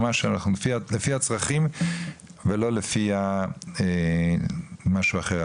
ממש לפי הצרכים ולא לפי משהו אחר,